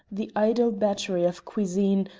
the idle battery of cuisine,